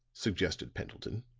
suggested pendleton.